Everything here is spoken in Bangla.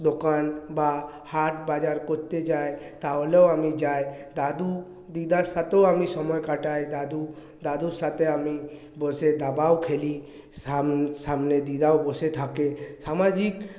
দোকান বা হাট বাজার করতে যায় তাহলেও আমি যাই দাদু দিদার সাথেও আমি সময় কাটায় দাদু দাদুর সাথে আমি বসে দাবাও খেলি সামনে সামনে দিদাও বসে থাকে সামাজিক